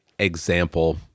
example